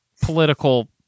political